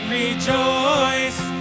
rejoice